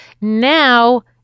Now